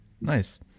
Nice